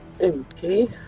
Okay